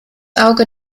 auge